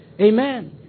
Amen